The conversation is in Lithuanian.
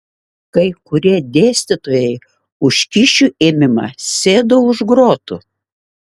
kai kurie dėstytojai už kyšių ėmimą sėdo už grotų